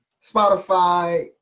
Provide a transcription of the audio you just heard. Spotify